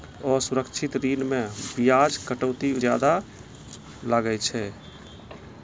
असुरक्षित ऋण मे बियाज कटौती जादा लागै छै